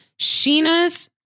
Sheena's